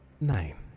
nine